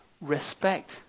respect